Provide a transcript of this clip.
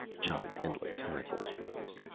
john endlich's hackles rose.